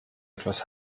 etwas